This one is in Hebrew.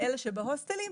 אלה שבהוסטלים,